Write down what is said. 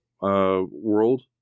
world